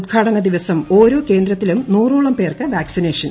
ഉദ്ഘാടന ദിവസം ഓരോ കേന്ദ്രത്തിലും നൂറോളം പേർക്ക് വാക്സിനേഷൻ